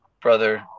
brother